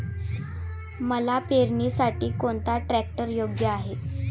मका पेरणीसाठी कोणता ट्रॅक्टर योग्य आहे?